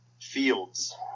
fields